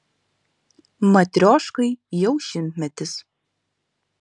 matrioškai jau šimtmetis